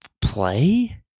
play